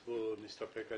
בואו נסתפק בזה.